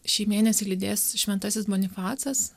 šį mėnesį lydės šventasis bonifacas